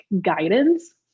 guidance